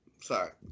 Sorry